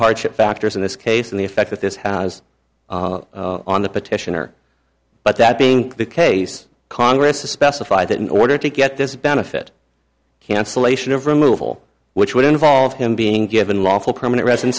hardship factors in this case and the effect that this has on the petitioner but that being the case congress to specify that in order to get this benefit cancellation of removal which would involve him being given lawful permanent resident